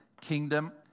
Kingdom